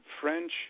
French